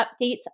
updates